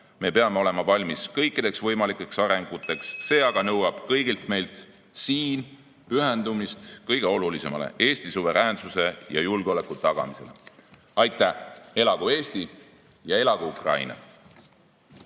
Me peame olema valmis kõikideks võimalikeks arenguteks. See aga nõuab kõigilt meilt siin pühendumist kõige olulisemale: Eesti suveräänsuse ja julgeoleku tagamisele. Aitäh! Elagu Eesti ja elagu Ukraina!